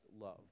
love